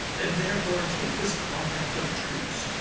and therefore take this compact of a truce,